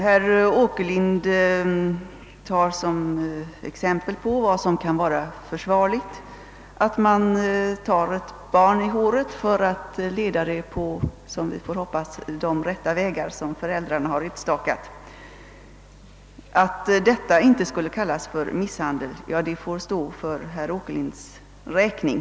Herr Åkerlind anför som exempel på vad som kan vara försvarligt att man tar ett barn i håret för att leda det på de — som man får hoppas — »rätta vägar» som föräldrarna har utstakat. Att detta inte skulle kallas misshandel får stå för herr Åkerlinds räkning.